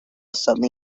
suddenly